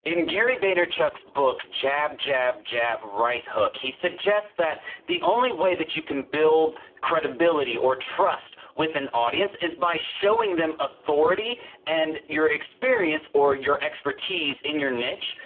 in gary vaynerchuk's book, jab, jab, jab, right hook', he suggests that the only way that you can build credibility or trust with an audience is by showing them authority and your experience or your expertise in your niche,